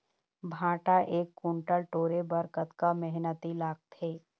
भांटा एक कुन्टल टोरे बर कतका मेहनती लागथे?